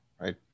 right